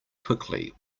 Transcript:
quickly